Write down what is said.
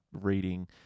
reading